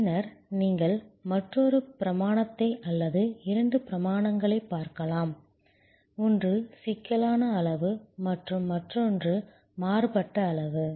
பின்னர் நீங்கள் மற்றொரு பரிமாணத்தை அல்லது இரண்டு பரிமாணங்களைப் பார்க்கலாம் ஒன்று சிக்கலான அளவு மற்றும் மற்றொன்று மாறுபட்ட அளவு